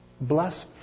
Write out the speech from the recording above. Bless